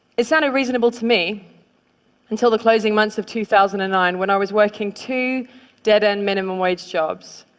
it sounded reasonable to me until the closing months of two thousand and nine, when i was working two dead-end, minimum-wage jobs.